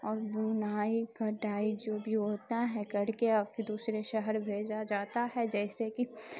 اور بنائی کٹائی جو بھی ہوتا ہے کر کے اور پھر دوسرے شہر بھیجا جاتا ہے جیسے کہ